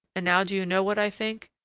and now do you know what i think?